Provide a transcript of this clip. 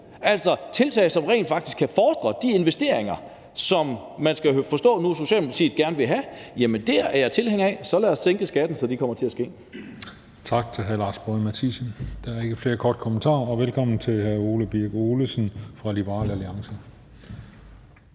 Altså tiltag, som rent faktisk kan sikre de investeringer, som man skal forstå nu at Socialdemokratiet gerne vil have, er jeg tilhænger af. Så lad os sænke skatten, så det kommer til at ske. Kl. 14:54 Den fg. formand (Christian Juhl): Tak til hr. Lars Boje Mathiesen. Der er ikke flere korte bemærkninger. Velkommen til hr. Ole Birk Olesen fra Liberal Alliance.